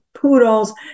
poodles